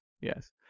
yes